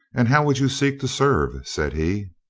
and how would you seek to serve? said he.